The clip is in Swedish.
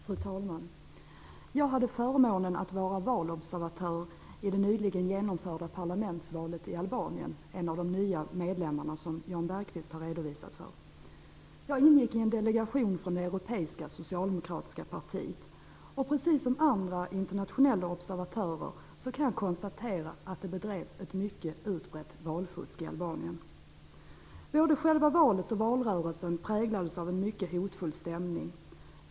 Fru talman! Jag hade förmånen att vara valobservatör i det nyligen genomförda parlamentsvalet i Albanien, en av de nya medlemmar Jan Bergqvist har tagit upp i sin redovisning. Jag ingick i en delegation från det europeiska socialdemokratiska partiet, och precis som andra internationella observatörer kan jag konstatera att det bedrevs ett mycket utbrett valfusk i Både själva valet och valrörelsen präglades av en mycket hotfull stämning.